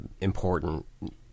important